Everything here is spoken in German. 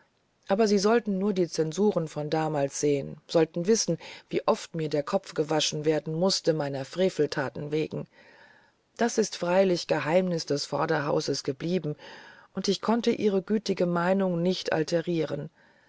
aber sie sollten nur die zensuren von damals sehen sollten wissen wie oft mir der kopf gewaschen werden mußte meiner frevelthaten wegen das ist freilich geheimnis des vorderhauses geblieben und konnte ihre gütige meinung nicht